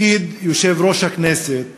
תפקיד יושב-ראש הכנסת